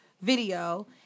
video